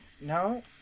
No